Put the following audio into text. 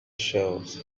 shows